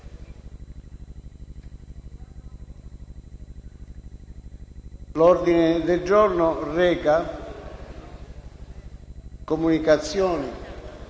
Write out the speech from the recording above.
L'ordine del giorno reca: «Comunicazioni